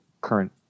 current